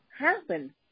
happen